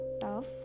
tough